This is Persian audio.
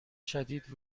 شدید